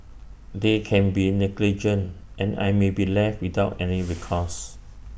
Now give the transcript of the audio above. they can be negligent and I may be left without any recourse